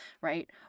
right